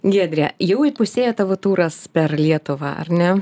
giedre jau įpusėjo tavo turas per lietuvą ar ne